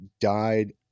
died